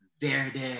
Verde